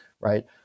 right